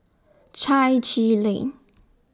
Chai Chee Lane